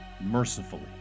mercifully